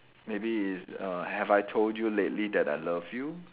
maybe it's err have I told you lately that I love you